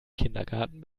kindergarten